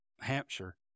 hampshire